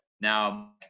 now